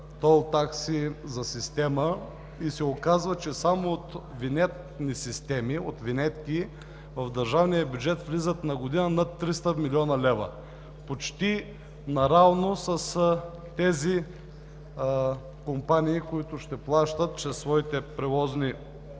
тол такси, за система и се оказва, че само от винетните системи – от винетки, в държавния бюджет влизат на година над 300 млн. лв. Почти наравно с тези компании, които ще плащат чрез своите превозни